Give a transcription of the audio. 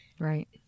Right